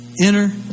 enter